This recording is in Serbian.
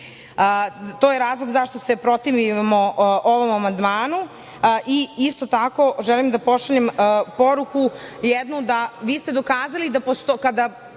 je razlog zašto se protivimo ovom amandmanu i isto tako želim da pošaljem poruku jednu da ste vi dokazali da kada